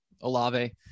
Olave